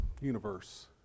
universe